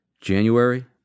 January